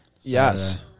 Yes